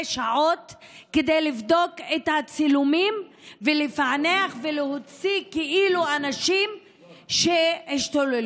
שעות כדי לבדוק את הצילומים ולפענח ולהוציא כאילו אנשים שהשתוללו.